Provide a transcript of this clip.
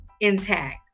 intact